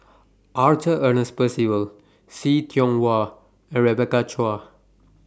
Arthur Ernest Percival See Tiong Wah and Rebecca Chua